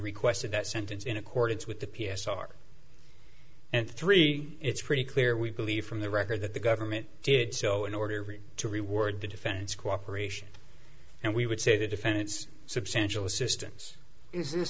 requested that sentence in accordance with the p s r and three it's pretty clear we believe from the record that the government did so in order to reward the defense cooperation and we would say the defendants substantial assistance